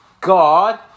God